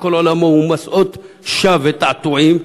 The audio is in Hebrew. שכל עולמו הוא משאות שווא ותעתועים,